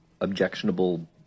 objectionable